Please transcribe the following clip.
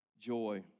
joy